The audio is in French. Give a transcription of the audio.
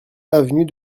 avenue